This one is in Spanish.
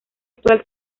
actual